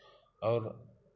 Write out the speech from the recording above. और